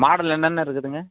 model என்னென்ன இருக்குதுங்க